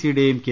സിയുടെയും K